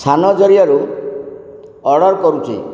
ସାନ ଜରିଆରୁ ଅର୍ଡ଼ର୍ କରୁଛି